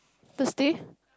Thursday